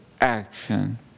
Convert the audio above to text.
action